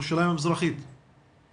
לגבי הנושא של תוכנית ישראלית ותוכנית פלסטינית,